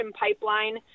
pipeline